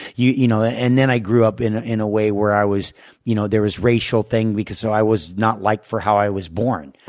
you you know, and then i grew up in ah in a way where i was you know, there was a racial thing because so i was not liked for how i was born.